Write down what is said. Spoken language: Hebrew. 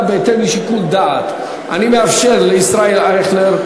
בהתאם לשיקול דעת: אני מאפשר לישראל אייכלר,